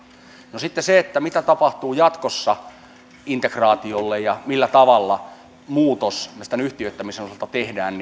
no sitten himppu malttia nyt siinä mitä tapahtuu jatkossa integraatiolle ja millä tavalla muutos tämän yhtiöittämisen osalta tehdään